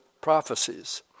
prophecies